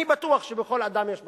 אני בטוח שבכל אדם יש מצפון,